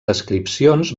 descripcions